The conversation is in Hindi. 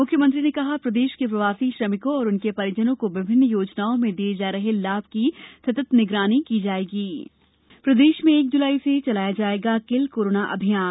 मुख्यमंत्री ने कहा प्रदेश के प्रवासी श्रमिकों और उनके परिजनो को विभिन्न योजनाओं में दिये जा रहे लाभ की सतत निगरानी भी की जायेगी प्रदेश में एक जुलाई से चलाया जायेगा किल कोरोना अभियान